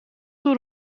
door